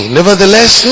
Nevertheless